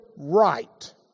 right